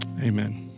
amen